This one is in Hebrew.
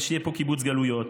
ושיהיה פה קיבוץ גלויות.